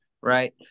Right